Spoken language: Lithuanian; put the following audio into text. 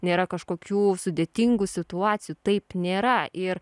nėra kažkokių sudėtingų situacijų taip nėra ir